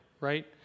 right